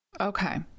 Okay